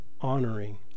honoring